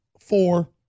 Four